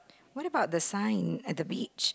what about the sign at the beach